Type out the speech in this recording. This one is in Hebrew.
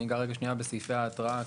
אגע בסעיפי התרעה,